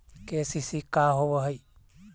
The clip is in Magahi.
के.सी.सी का होव हइ?